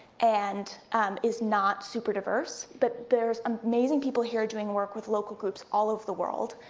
and is not super diverse, but there's amazing people here doing work with local groups all over the world.